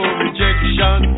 rejection